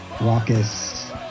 raucous